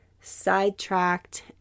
sidetracked